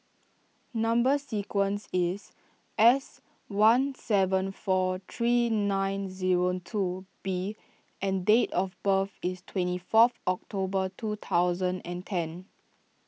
Number Sequence is S one seven four three nine zero two B and date of birth is twenty fourth October two thousand and ten